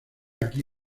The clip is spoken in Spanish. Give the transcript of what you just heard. aquí